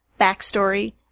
Backstory